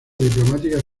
diplomáticas